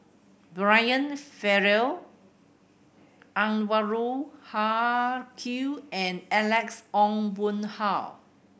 Brian Farrell Anwarul Haque and Alex Ong Boon Hau